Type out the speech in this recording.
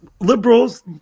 liberals